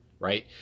Right